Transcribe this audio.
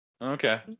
Okay